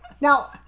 Now